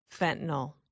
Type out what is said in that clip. fentanyl